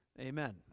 amen